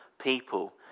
people